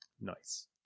Nice